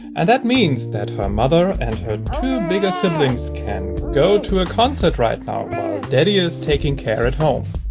and that means that her mother and her two biggest siblings can go to a concert right now while daddy is taking care at home